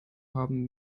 haben